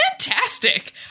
Fantastic